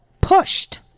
pushed